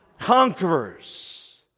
conquerors